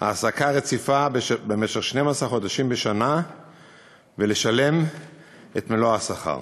העסקה רציפה במשך 12 חודשים בשנה ולשלם את מלוא השכר.